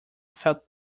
felt